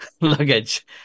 luggage